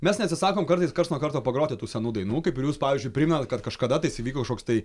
mes neatsisakom kartais karts nuo karto pagroti tų senų dainų kaip ir jūs pavyzdžiui primenat kad kažkada tais įvyko kažkoks tai